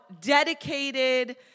dedicated